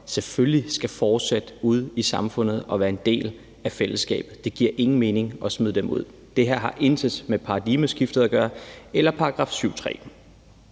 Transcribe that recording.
selvfølgelig skal fortsætte ude i samfundet og være en del af fællesskabet. Det giver ingen mening at smide dem ud. Det her har intet med paradigmeskiftet eller § 7,